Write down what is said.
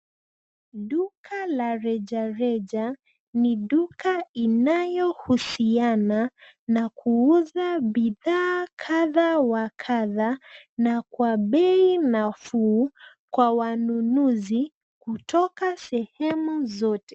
Duka la rejareja, ni duka inayohusiana na kuuza bidhaa kadha wa kadha na kwa bei nafuu, kwa wanunuzi, kutoka sehemu zote.